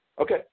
Okay